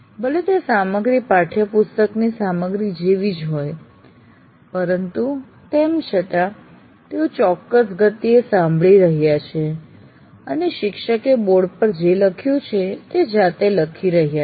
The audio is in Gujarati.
ભલે તે સામગ્રી પાઠ્ય પુસ્તકની સામગ્રી જેવી જ હોય પરંતુ તેમ છતાં તેઓ ચોક્કસ ગતિએ સાંભળી રહ્યા છે અને શિક્ષકે બોર્ડ પર જે લખ્યું છે તે જાતે લખી રહ્યા છે